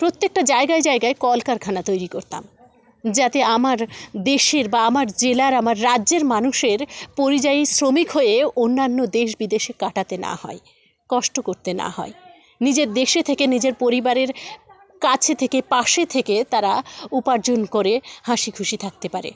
প্রত্যেকটা জায়গায় জায়গায় কলকারখানা তৈরি করতাম যাতে আমার দেশের বা আমার জেলার আমার রাজ্যের মানুষের পরিযায়ী শ্রমিক হয়ে অন্যান্য দেশ বিদেশে কাটাতে না হয় কষ্ট করতে না হয় নিজের দেশে থেকে নিজের পরিবারের কাছে থেকে পাশে থেকে তারা উপার্জন করে হাসি খুশি থাকতে পারে